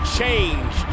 change